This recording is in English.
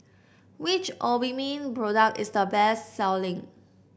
which Obimin product is the best selling